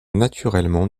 naturellement